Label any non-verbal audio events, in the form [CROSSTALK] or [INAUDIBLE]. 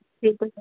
[UNINTELLIGIBLE]